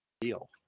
deal